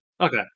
okay